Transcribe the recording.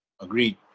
Agreed